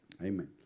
Amen